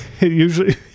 usually